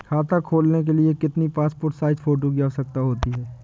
खाता खोलना के लिए कितनी पासपोर्ट साइज फोटो की आवश्यकता होती है?